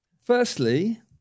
Firstly